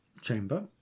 chamber